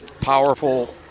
powerful